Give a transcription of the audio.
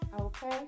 Okay